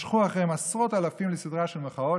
משכו אחריהם עשרות אלפים לסדרה של מחאות